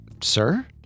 sir